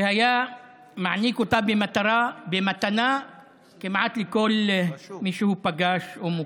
שהיה מעניק אותה במתנה כמעט לכל מי שהוא פגש או מוקיר.